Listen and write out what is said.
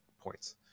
points